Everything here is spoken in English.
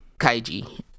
kaiji